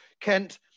Kent